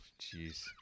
jeez